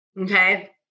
okay